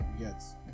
yes